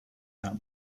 that